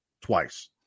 twice